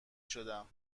شدم